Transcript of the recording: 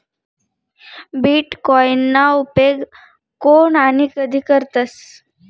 बीटकॉईनना उपेग कोन आणि कधय करतस